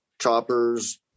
choppers